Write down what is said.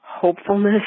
hopefulness